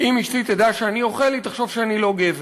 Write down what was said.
אם אשתי תדע שאני אוכל, היא תחשוב שאני לא גבר.